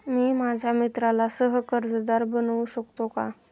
मी माझ्या मित्राला सह कर्जदार बनवू शकतो का?